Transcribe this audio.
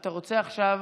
אתה רוצה עכשיו?